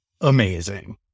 amazing